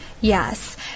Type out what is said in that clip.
Yes